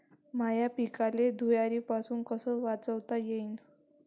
माह्या पिकाले धुयारीपासुन कस वाचवता येईन?